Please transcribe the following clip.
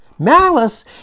Malice